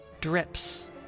drips